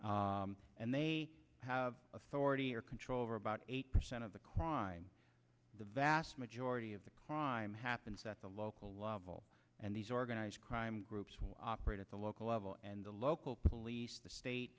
persons and they have authority or control over about eighty percent of the crime the vast majority of the crime happens at the local level and these organized crime groups operate at the local level and the local police the state